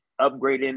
upgrading